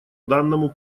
данному